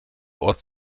ort